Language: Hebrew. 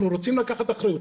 אנחנו רוצים לקחת אחריות,